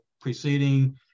preceding